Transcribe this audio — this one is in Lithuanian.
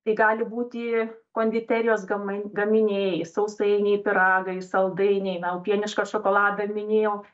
tai gali būti konditerijos gami gaminiai sausainiai pyragai saldainiai na jau pienišką šokoladą minėjau